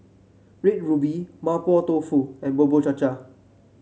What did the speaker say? Red Ruby Mapo Tofu and Bubur Cha Cha